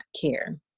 care